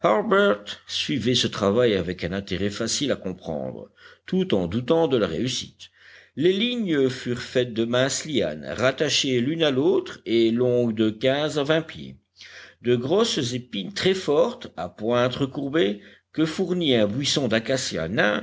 suivait ce travail avec un intérêt facile à comprendre tout en doutant de la réussite les lignes furent faites de minces lianes rattachées l'une à l'autre et longues de quinze à vingt pieds de grosses épines très fortes à pointes recourbées que fournit un buisson d'acacias